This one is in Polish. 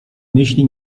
myśli